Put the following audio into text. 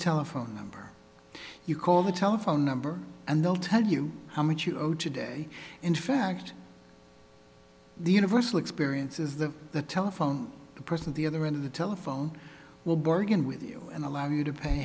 telephone number you call the telephone number and they'll tell you how much you owe today in fact the universal experience is that the telephone person the other end of the telephone will bargain with you and allow you to pay